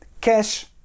Cash